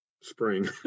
spring